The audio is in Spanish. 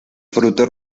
frutos